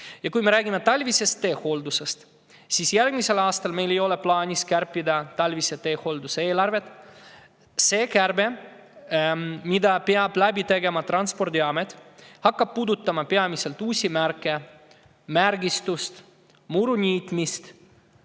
Kui me räägime talvisest teehooldusest, siis järgmisel aastal meil ei ole plaanis talvise teehoolduse eelarvet kärpida. See kärbe, mille peab tegema Transpordiamet, puudutab peamiselt uusi märke, märgistust, muruniitmist,